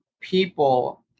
people